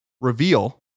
Reveal